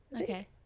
Okay